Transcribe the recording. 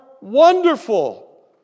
wonderful